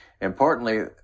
Importantly